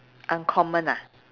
uncommon ah